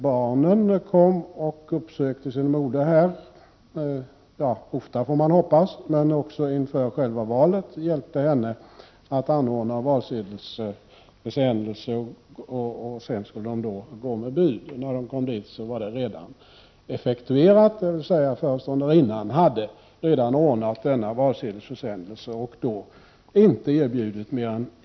Barnen kom och besökte sin moder -— vi får hoppas att det var ofta. Inför själva valet brukar de hjälpa henne att ordna valsedelsförsändelsen och sedan gå med bud. Denna gång var det emellertid redan effektuerat, dvs. föreståndarinnan hade redan ordnat denna valsedelsförsändelse. Hon erbjöd då inte mer än en röstsedel, — Prot.